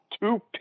two